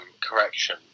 correction